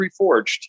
Reforged